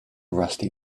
rusty